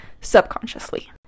subconsciously